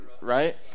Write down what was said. right